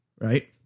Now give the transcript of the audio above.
right